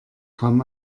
kam